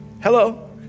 Hello